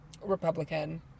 Republican